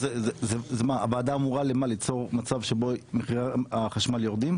הוועדה אמורה ליצור מצב שבו מחירי החשמל יורדים?